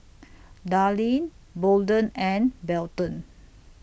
Darline Bolden and Belton